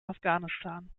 afghanistan